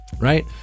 Right